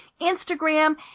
Instagram